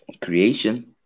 creation